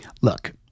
Look